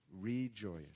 rejoice